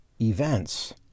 events